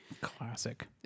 Classic